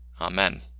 Amen